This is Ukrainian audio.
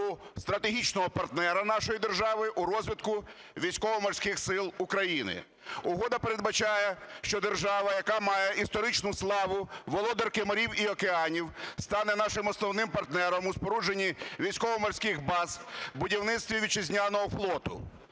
стратегічного партнера нашої держави у розвитку Військово-Морських Сил України. Угода передбачає, що держава, яка має історичну славу володарки морів і океанів стане нашим основним партнером у спорудженні військово-морських баз, будівництві вітчизняного флоту.